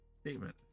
statement